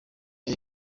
ayo